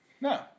No